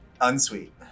Unsweet